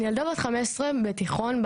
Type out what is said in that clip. בתיכון,